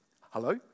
Hello